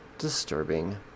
Disturbing